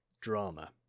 drama